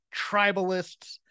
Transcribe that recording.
tribalists